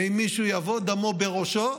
ואם מישהו יבוא, דמו בראשו,